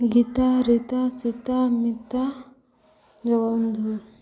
Gita Rita Sita Mita Jagabandhu